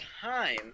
time